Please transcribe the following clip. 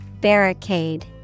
Barricade